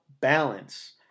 balance